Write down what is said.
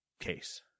case